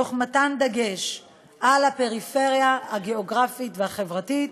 תוך מתן דגש על הפריפריה הגיאוגרפית והחברתית